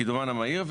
קידומן המהיר,